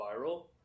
viral